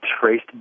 traced